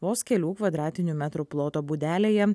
vos kelių kvadratinių metrų ploto būdelėje